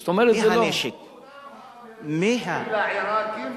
זאת אומרת, זה לא, האמריקנים לעירקים,